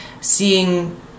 seeing